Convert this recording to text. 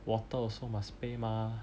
water also must pay mah